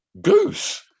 goose